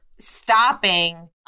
stopping